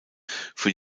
für